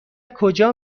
کجا